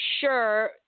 sure